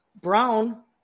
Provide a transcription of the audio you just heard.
Brown